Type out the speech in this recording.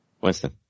Winston